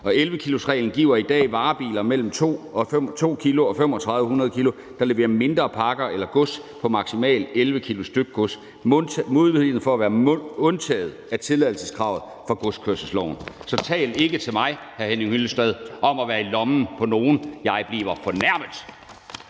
og 11-kilosreglen giver i dag varebiler mellem 2.000 kg og 3.500 kg, der leverer mindre pakker eller gods på maksimalt 11 kg stykgods, muligheden for være undtaget tilladelseskravet fra godskørselsloven. Så tal ikke til mig, hr. Henning Hyllested, om at være i lommen på nogen. Jeg bliver fornærmet!